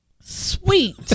Sweet